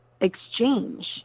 Exchange